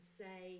say